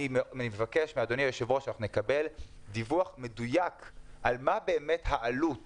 אני מבקש מאדוני היושב-ראש שאנחנו נקבל דיווח מדויק מה באמת העלות